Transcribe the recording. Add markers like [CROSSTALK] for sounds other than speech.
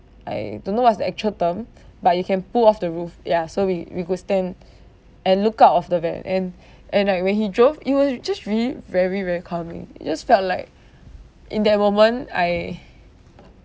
I don't know what's the actual term [BREATH] but you can pull off the roof ya so we we could stand [BREATH] and look out of the van and [BREATH] and like when he drove it was just really very very calming it just felt like [BREATH] in that moment I [BREATH]